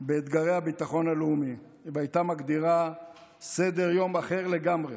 באתגרי הביטחון הלאומי והייתה מגדירה סדר-יום אחר לגמרי